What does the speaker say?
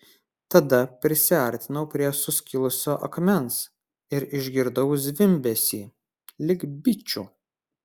tada prisiartinau prie suskilusio akmens ir išgirdau zvimbesį lyg bičių